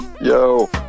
yo